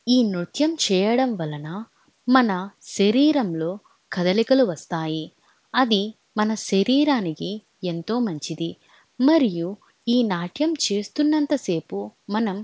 ఈ నృత్యం చేయడం వలన మన శరీరంలో కదలికలు వస్తాయి అది మన శరీరానికి ఎంతో మంచిది మరియు ఈ నాట్యం చేస్తున్నంతసేపు మనం